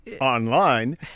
online